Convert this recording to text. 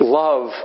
love